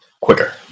Quicker